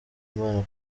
imana